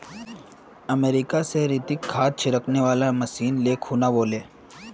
America स रितिक खाद छिड़कने वाला मशीन ले खूना व ले